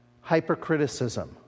hypercriticism